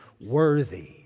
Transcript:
worthy